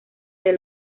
del